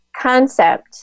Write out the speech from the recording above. concept